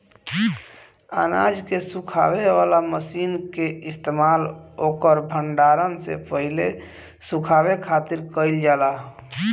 अनाज के सुखावे वाला मशीन के इस्तेमाल ओकर भण्डारण से पहिले सुखावे खातिर कईल जाला